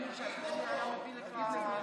אני אתחיל מהתחלה.